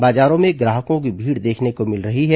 बाजारों में ग्राहकों की भीड़ देखने को मिल रही है